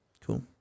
Cool